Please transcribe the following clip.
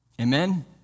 Amen